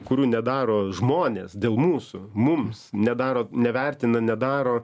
kurių nedaro žmonės dėl mūsų mums nedaro nevertina nedaro